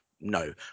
No